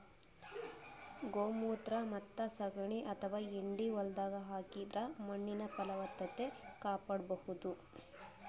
ಗೋಮೂತ್ರ ಮತ್ತ್ ಸಗಣಿ ಅಥವಾ ಹೆಂಡಿ ಹೊಲ್ದಾಗ ಹಾಕಿದ್ರ ಮಣ್ಣಿನ್ ಫಲವತ್ತತೆ ಕಾಪಾಡಬಹುದ್